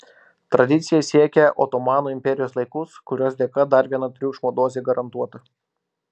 tradicija siekia otomano imperijos laikus kurios dėka dar viena triukšmo dozė garantuota